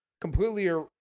completely